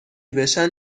بشن